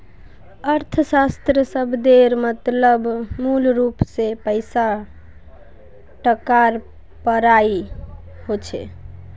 अर्थशाश्त्र शब्देर मतलब मूलरूप से पैसा टकार पढ़ाई होचे